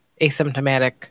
asymptomatic